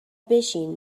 بشین